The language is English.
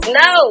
no